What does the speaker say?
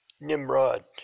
Nimrod